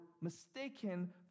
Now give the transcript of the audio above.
mistaken